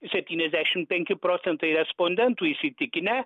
septyniasdešim penki procentai respondentų įsitikinę